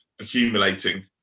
accumulating